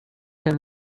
can